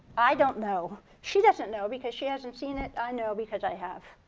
i don't know. she doesn't know because she hasn't seen it. i know because i have.